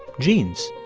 genes.